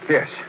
Yes